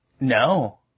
No